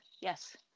Yes